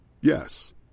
Yes